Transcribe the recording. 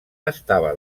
estava